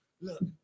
look